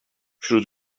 wśród